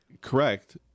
correct